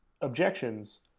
objections